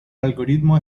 algoritmo